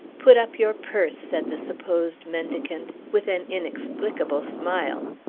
put up your purse, said the supposed mendicant, with an inexplicable smile.